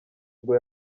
ngo